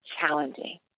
challenging